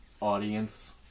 Audience